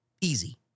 Easy